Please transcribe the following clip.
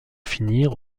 finir